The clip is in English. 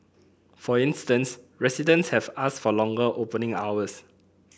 for instance residents have asked for longer opening hours